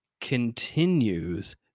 continues